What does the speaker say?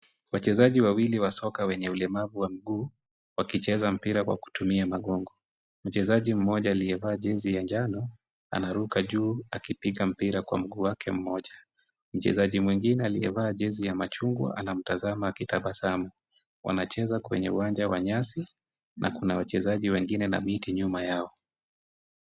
Wachezaji wawili wa soka wenye ulemavu wa mguu wakicheza mpira kwa kutumia magongo. Mchezaji mmoja aliyevaa jezi ya njano, anaruka juu akipiga mpira kwa mguu wake mmoja. Mchezaji mwingine aliyevaa jezi ya machungwa anamtazama akitabasamu. Wanacheza kwenye uwanja wa nyasi na kuna wachezaji wengine na miti nyuma yao.